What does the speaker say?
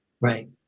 Right